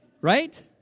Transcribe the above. Right